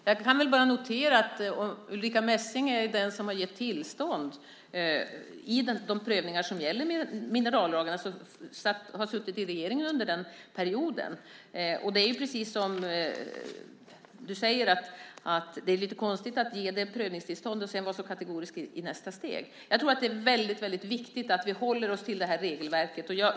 Fru talman! Jag kan bara notera att det är Ulrica Messing som har gett tillstånd i de prövningar som gäller minerallagen. Hon satt i regeringen under den perioden. Det är, precis som Wiwi-Anne Johansson säger, lite konstigt att ge prövningstillstånd och sedan vara så kategorisk i nästa steg. Jag tror att det är väldigt viktigt att vi håller oss till det här regelverket.